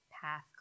path